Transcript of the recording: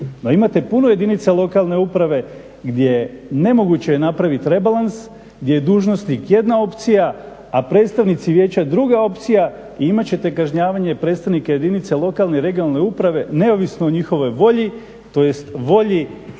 imate puno jedinica lokalne uprave gdje nemoguće je napraviti rebalans, gdje je dužnosnik jedna opcija, a predstavnici vijeća druga opcija. I imat ćete kažnjavanje predstavnika jedinica lokalne i regionalne uprave neovisno o njihovoj volji, tj. volji